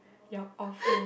you're awful